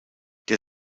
der